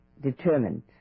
determined